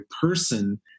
person